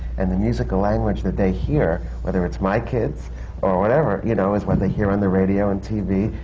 and the musical language that they hear, whether it's my kids or whatever, you know, is what they hear on the radio and tv.